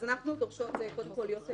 אז אנחנו דורשות קודם כול להיות חלק.